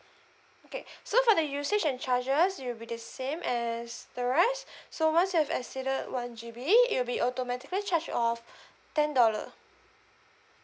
okay so for the usage and charges it'll be the same as the rest so once you have exceeded one G_B it will be automatically charge of ten dollar